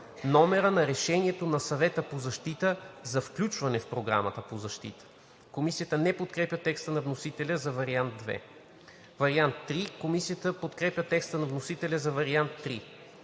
номера на решението на Съвета по защита за включване в Програмата за защита;“.“ Комисията не подкрепя текста на вносителя за вариант II. Комисията подкрепя текста на вносителя за вариант